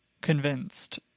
convinced